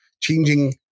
changing